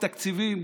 תקציבים,